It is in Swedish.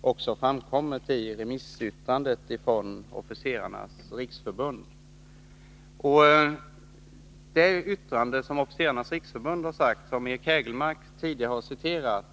också framkommit i remissyttrandet ifrån Officerarnas riksförbund, som Eric Hägelmark tidigare citerat.